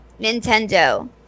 Nintendo